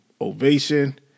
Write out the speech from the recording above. ovation